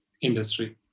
industry